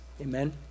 amen